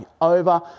over